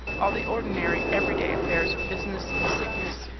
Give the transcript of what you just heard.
all the ordinary everyday affairs of business, sickness,